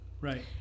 Right